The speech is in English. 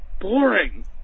boring